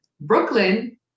Brooklyn